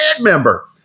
member